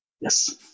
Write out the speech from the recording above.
Yes